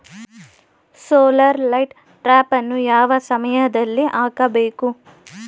Solar light ಟ್ರಾಪನ್ನು ಯಾವ ಸಮಯದಲ್ಲಿ ಹಾಕಬೇಕು?